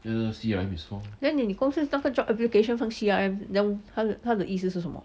then 你公司那个 job application 放 C_R_M 它它的意思是什么